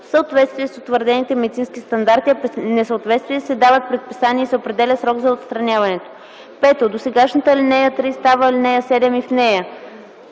в съответствие с утвърдените медицински стандарти, а при несъответствие се дават предписания и се определя срок за отстраняването им.” 5. Досегашната ал. 3 става ал. 7 и в нея: